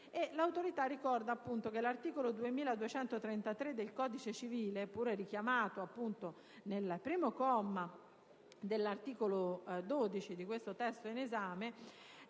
L'Autorità ricorda che l'articolo 2233 del codice civile, pure richiamato nel comma 1 dell'articolo 12 del disegno di legge in esame,